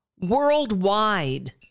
worldwide